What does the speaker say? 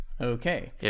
Okay